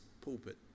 pulpit